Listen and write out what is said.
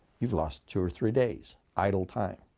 you've lost two or three days idle time.